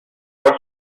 north